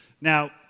Now